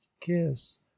kiss